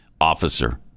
officer